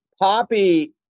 Poppy